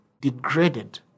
degraded